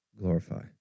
glorify